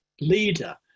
leader